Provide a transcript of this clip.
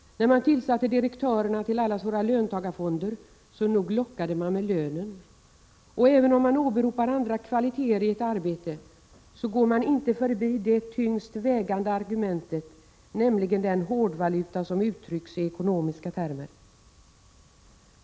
När man tillsatte direktörerna till allas våra löntagarfonder, nog lockade man med lönen då. Och även om man åberopar andra kvaliteter i ett arbete kan man inte gå förbi det tyngst vägande argumentet, nämligen den hårdvaluta som uttrycks i ekonomiska termer.